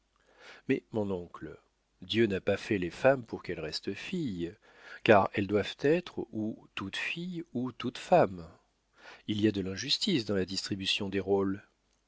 mais mon oncle dieu n'a pas fait les femmes pour qu'elles restent filles car elles doivent être ou toutes filles ou toutes femmes il y a de l'injustice dans la distribution des rôles